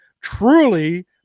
truly